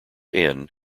inn